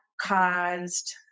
caused